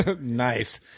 Nice